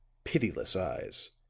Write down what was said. pitiless eyes,